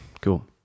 Cool